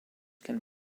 can